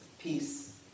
Peace